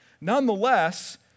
Nonetheless